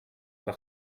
par